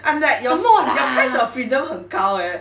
I'm like your f~ your price of freedom 很高 eh